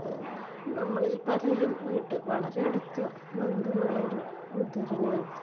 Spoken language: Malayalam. നമ്മളിൽ പലരുമായിട്ട് വളരെ അടുത്ത ബന്ധമുള്ളൊരു ഉദ്ധരണിയാണ്